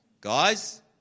Guys